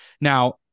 Now